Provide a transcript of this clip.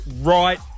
right